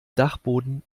dachboden